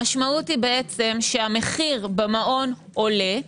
המשמעות היא שהמחיר במעון עולה,